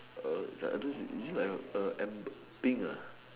err ya this is it like err amber pink ah